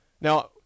now